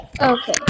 Okay